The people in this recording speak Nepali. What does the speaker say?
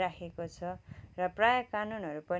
राखेको छ र प्रायः कानुनहरू पनि है